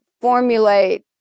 formulate